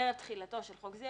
ערב תחילתו של חוק זה,